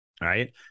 right